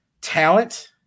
talent